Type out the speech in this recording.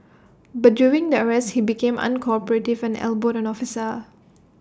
but during the arrest he became uncooperative and elbowed an officer